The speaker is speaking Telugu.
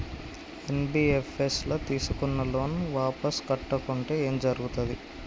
ఎన్.బి.ఎఫ్.ఎస్ ల తీస్కున్న లోన్ వాపస్ కట్టకుంటే ఏం జర్గుతది?